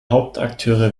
hauptakteure